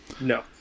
No